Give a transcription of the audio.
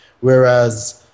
whereas